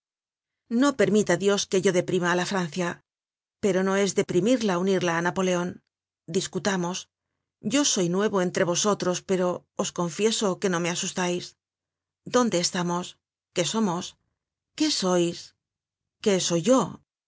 no permita dios que yo deprima á la francia pero no es deprimirla unirla á napoleon discutamos yo soy nuevo entre vosotros pero os confieso que no me asustais dónde estamos qué somos qué sois qué soy yo